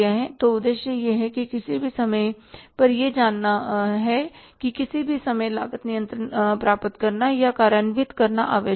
तो उद्देश्य यह है कि किसी भी समय पर यह जानना कि किसी भी समय लागत नियंत्रण प्राप्त करना या कार्यान्वित करना आवश्यक है